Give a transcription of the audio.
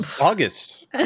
august